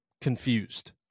confused